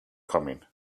coming